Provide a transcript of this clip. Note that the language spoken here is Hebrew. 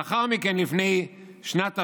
לאחר מכן, לפני שנת תש"ח,